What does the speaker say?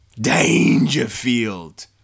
Dangerfield